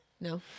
no